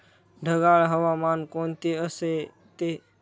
ढगाळ हवामान कोणते असते?